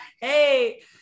Hey